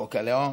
חוק הלאום,